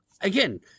Again